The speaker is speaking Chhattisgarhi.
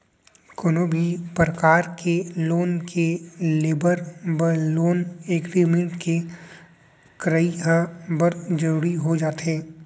कोनो भी परकार के लोन के लेवब बर लोन एग्रीमेंट के करई ह बड़ जरुरी हो जाथे